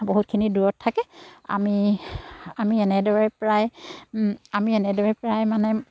বহুতখিনি দূৰত থাকে আমি আমি এনেদৰে প্ৰায় আমি এনেদৰে প্ৰায় মানে